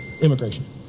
immigration